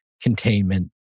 containment